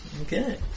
Okay